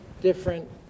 different